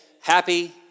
happy